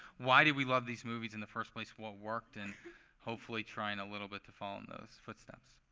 why do we love these movies in the first place? what worked? and hopefully trying a little bit to follow in those footsteps.